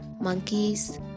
Monkeys